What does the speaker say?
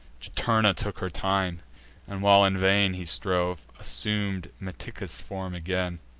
juturna took her time and, while in vain he strove, assum'd meticus' form again,